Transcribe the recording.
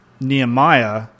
Nehemiah